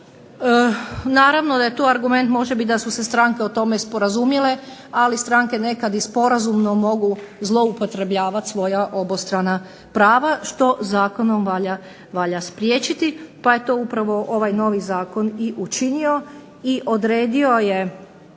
Naravno da tu argument može biti da su se stranke o tome sporazumile, ali strane nekad i sporazumno mogu zloupotrebljavati svoja obostrana prava što zakonom valja spriječiti, pa je to upravo ovaj zakon i učinio i odredio je